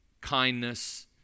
kindness